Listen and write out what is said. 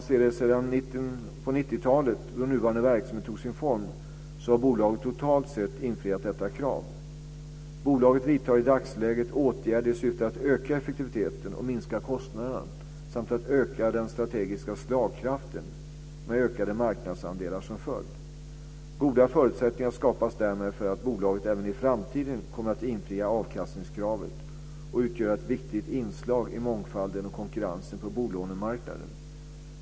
Sedan mitten av 90-talet, då nuvarande verksamhet tog sin form, har bolaget totalt sett infriat detta krav. Bolaget vidtar i dagsläget åtgärder i syfte att öka effektiviteten och minska kostnaderna samt att öka den strategiska slagkraften med ökade marknadsandelar som följd. Goda förutsättningar skapas därmed för att bolaget även i framtiden kommer att infria avkastningskravet och utgöra ett viktigt inslag i mångfalden och konkurrensen på bolånemarknaden.